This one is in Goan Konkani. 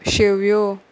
शेव्यो